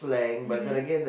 mmhmm